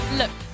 look